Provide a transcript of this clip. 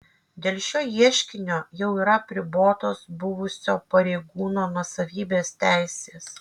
dėl šio ieškinio jau yra apribotos buvusio pareigūno nuosavybės teisės